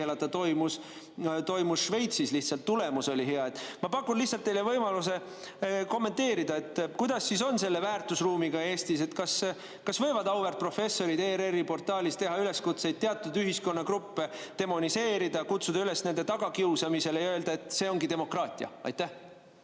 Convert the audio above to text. keelata, toimus Šveitsis. Lihtsalt tulemus oli hea. Ma pakun teile võimaluse kommenteerida, kuidas siis on selle väärtusruumiga Eestis. Kas võivad auväärt professorid ERR-i portaalis teha üleskutseid teatud ühiskonnagruppe demoniseerida, kutsuda üles nende tagakiusamisele ja öelda, et see ongi demokraatia? Aitäh!